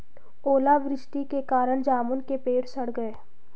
ओला वृष्टि के कारण जामुन के पेड़ सड़ गए